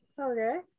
okay